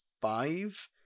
five